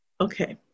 Okay